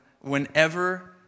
whenever